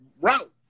route